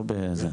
לא בזה,